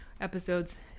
episodes